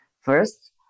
First